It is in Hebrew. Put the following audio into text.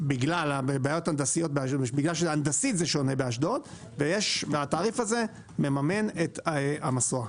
בגלל שהנדסית זה שונה באשדוד והתעריף הזה מממן את המסוע.